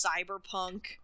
cyberpunk